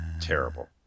terrible